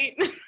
right